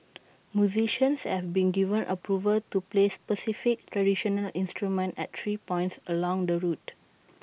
musicians have been given approval to play specified traditional instruments at three points along the route